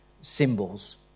symbols